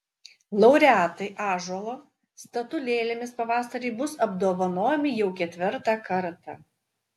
laureatai ąžuolo statulėlėmis pavasarį bus apdovanojami jau ketvirtą kartą